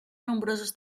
nombrosos